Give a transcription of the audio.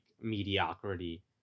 mediocrity